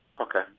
Okay